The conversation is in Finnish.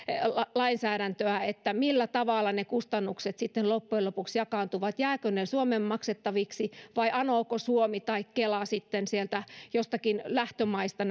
lainsäädäntöä se millä tavalla ne kustannukset sitten loppujen lopuksi jakaantuvat jäävätkö ne suomen maksettaviksi vai anooko suomi tai kela sitten sieltä jostakin lähtömaista